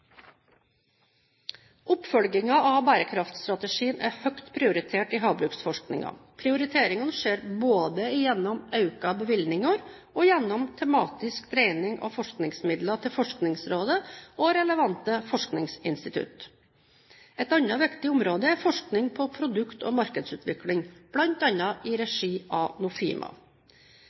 av bærekraftstrategien er høyt prioritert i havbruksforskningen. Prioriteringene skjer både gjennom økte bevilgninger og gjennom tematisk dreining av forskningsmidler til Forskningsrådet og relevante forskningsinstitutter. Et annet viktig område er forskning på produkt- og markedsutvikling, bl.a. i regi av Nofima.